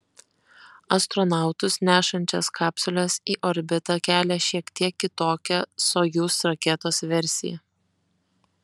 astronautus nešančias kapsules į orbitą kelia šiek tiek kitokia sojuz raketos versija